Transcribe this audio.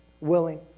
willing